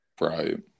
right